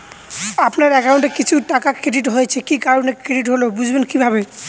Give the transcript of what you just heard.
আপনার অ্যাকাউন্ট এ কিছু টাকা ক্রেডিট হয়েছে কি কারণে ক্রেডিট হল বুঝবেন কিভাবে?